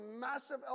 massive